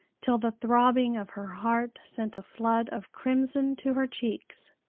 till the throbbing of her heart sent a flood of crimson to her cheeks.